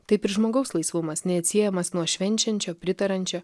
taip ir žmogaus laisvumas neatsiejamas nuo švenčiančio pritariančio